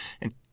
and